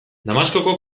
damaskoko